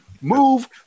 Move